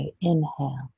inhale